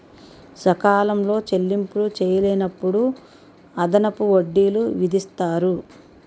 సకాలంలో చెల్లింపులు చేయలేనప్పుడు అదనపు వడ్డీలు విధిస్తారు